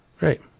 Right